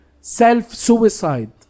self-suicide